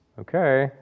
Okay